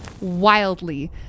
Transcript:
wildly